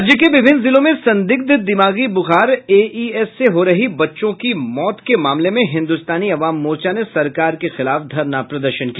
राज्य के विभिन्न जिलों में संदिग्ध दिमागी बुखार एईएस से हो रही बच्चों की मौत मामले में हिन्दुस्तानी अवाम मोर्चा ने सरकार के खिलाफ धरना प्रदर्शन किया